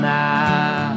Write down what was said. now